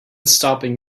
stopping